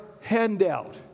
handout